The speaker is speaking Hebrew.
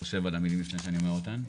חושב על המילים לפני שאני אומר אותן.